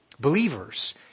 Believers